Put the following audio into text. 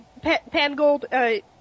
Pangold